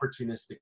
opportunistic